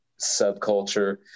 subculture